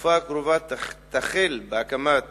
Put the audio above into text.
בתקופה הקרובה תחל הקמת